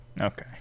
Okay